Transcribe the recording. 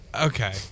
okay